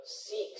six